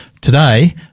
Today